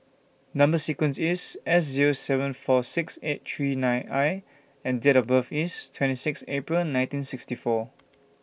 Number sequence IS S Zero seven four six eight three nine I and Date of birth IS twenty six April nineteen sixty four